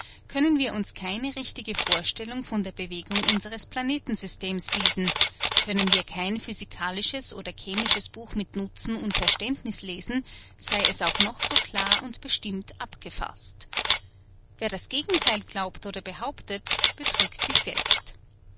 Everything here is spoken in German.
können wir uns keine richtige vorstellung von der bewegung unseres planeten systems bilden können wir kein physikalisches oder chemisches buch mit nutzen und verständniß lesen sei es auch noch so klar und bestimmt abgefaßt wer das gegentheil glaubt oder behauptet betrügt sich selbst